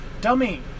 Dummy